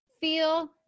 feel